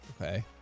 Okay